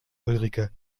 ulrike